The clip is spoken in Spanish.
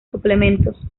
suplementos